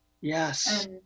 Yes